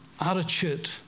attitude